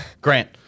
Grant